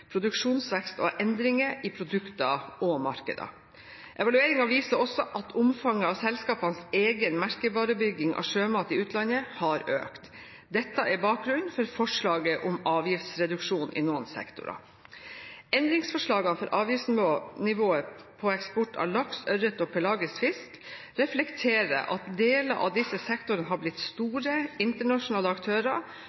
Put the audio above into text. produksjonsvekst og endringer i produkter og markeder. Evalueringen viser også at omfanget av selskapenes egen merkevarebygging av sjømat i utlandet har økt. Dette er bakgrunnen for forslaget om avgiftsreduksjon i noen sektorer. Endringsforslagene for avgiftsnivået på eksport av laks, ørret og pelagisk fisk reflekterer at deler av disse sektorene har blitt store, internasjonale aktører